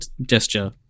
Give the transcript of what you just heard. gesture